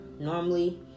normally